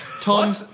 Tom